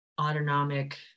autonomic